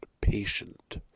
patient